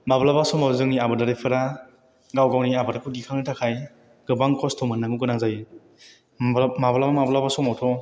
माब्लाबा समाव जोंनि आबादारिफोरा गाव गावनि आबादखौ दिखांनो थाखाय गोबां खस्थ' मोननांगौ जायो माब्लाबा माब्लाबा समावथ'